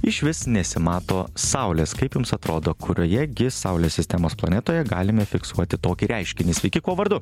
išvis nesimato saulės kaip jums atrodo kurioje gi saulės sistemos planetoje galime fiksuoti tokį reiškinį sveiki kuo vardu